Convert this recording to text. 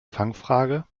fangfrage